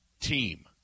team